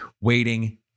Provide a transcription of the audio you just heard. waiting